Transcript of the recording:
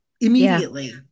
immediately